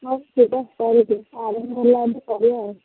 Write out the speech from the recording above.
ଆଉ ସେଟା କରି ଦିଅ ଆଗକୁ ହେଲା ଏମିତି କରିବା